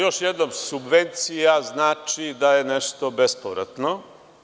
Još jednom, subvencija znači da je nešto bespovratno.